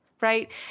right